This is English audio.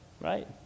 right